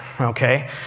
okay